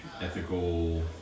ethical